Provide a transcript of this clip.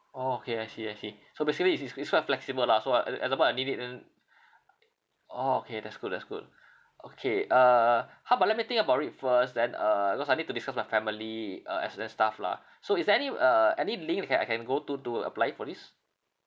orh okay I see I see so basically is is is quite flexible lah so uh e~ example I need it then orh okay that's good that's good okay uh how about let me think about it first then uh because I need to discuss with my family uh as as stuff lah so is there any uh any link that I can I can go to to apply for this